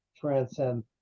transcend